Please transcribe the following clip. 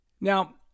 Now